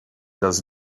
does